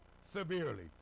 severely